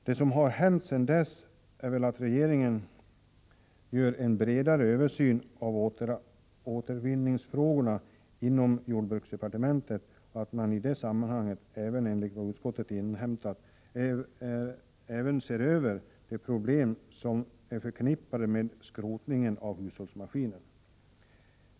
Det som har hänt sedan dess är att regeringen gör en bredare översyn av återvinningsfrågorna inom jordbruksdepartementet och att man i det sammanhanget även, enligt vad utskottet inhämtat, ser över de problem som är förknippade med skrotningen av hushållsmaskiner.